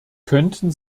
könnten